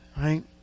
right